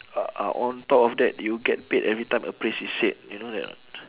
o~ o~ on top of that you get paid every time a phrase is said you know that or not